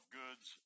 goods